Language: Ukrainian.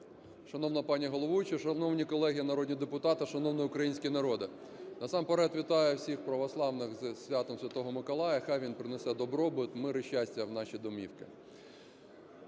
Шановна пані головуюча! Шановні колеги, народні депутати! Шановний український народе! Насамперед вітаю всіх православних зі святом Святого Миколая. Хай він принесе добробут, мир і щастя в наші домівки.